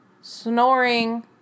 snoring